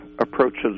approaches